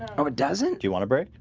oh, it doesn't do you want a break?